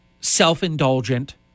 self-indulgent